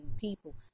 people